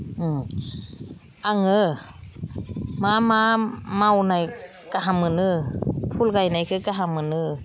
आङो मा मा मावनाय गाहाम मोनो फुल गायनायखौ गाहाम मोनो